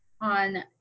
on